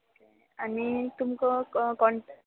okay आनी तुमकां क कॉण्टॅ